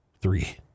Three